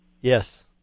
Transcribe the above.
Yes